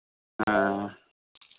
ᱦᱮᱸ